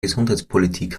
gesundheitspolitik